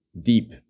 deep